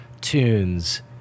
tunes